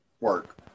Work